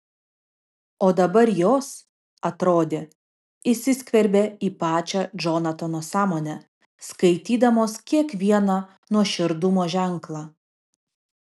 o dabar jos atrodė įsiskverbė į pačią džonatano sąmonę skaitydamos kiekvieną nuoširdumo ženklą